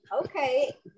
okay